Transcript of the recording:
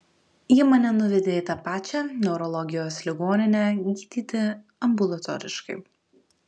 ji mane nuvedė į tą pačią neurologijos ligoninę gydyti ambulatoriškai